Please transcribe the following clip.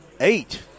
eight